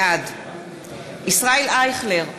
בעד ישראל אייכלר,